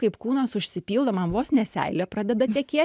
kaip kūnas užsipildo man vos ne seilė pradeda tekė